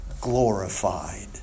glorified